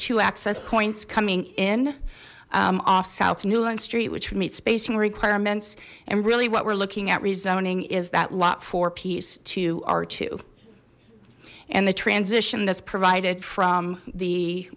two access points coming in off south newland street which would meet spacing requirements and really what we're looking at rezoning is that lot for peace to r and the transition that's provided from the